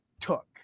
took